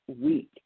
week